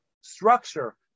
structure